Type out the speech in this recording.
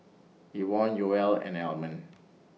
Ivonne Yoel and Almond